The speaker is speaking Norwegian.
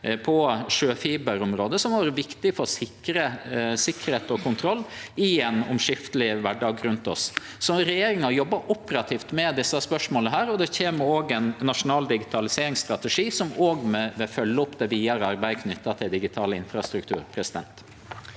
på sjøfiberområdet, som har vore viktig for sikkerheit og kontroll i ein omskifteleg kvardag rundt oss. Så regjeringa jobbar operativt med desse spørsmåla, og det kjem ein nasjonal digitaliseringsstrategi, som òg vil følgje opp det vidare arbeidet knytt til digital infrastruktur.